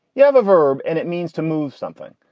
you have a verb. and it means to move something.